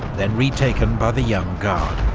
then retaken by the young guard.